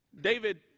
David